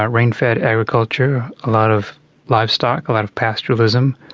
ah rain-fed agriculture, a lot of livestock, a lot of pastoralism.